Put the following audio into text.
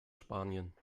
spanien